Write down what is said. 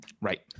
Right